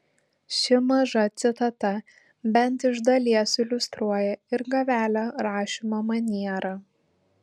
ši maža citata bent iš dalies iliustruoja ir gavelio rašymo manierą